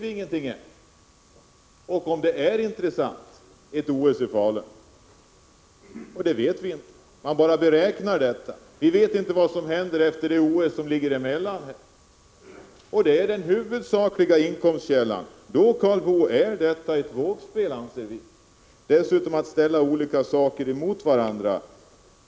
Vi vet inte om det finns ett sådant intresse; det är bara något som man räknar med. Vi vet inte vad som händer efter 1988 års OS. Och TV-intäkterna är den huvudsakliga inkomstkällan. Därför anser vi att det är ett vågspel, Karl Boo. Karl Boo tyckte dessutom inte om att ställa satsningar på olika områden emot varandra.